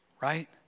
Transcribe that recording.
right